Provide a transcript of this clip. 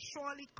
surely